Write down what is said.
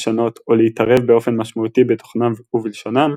לשנות או להתערב באופן משמעותי בתכנם ובלשונם,